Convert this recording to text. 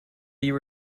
you